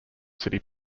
city